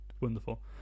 wonderful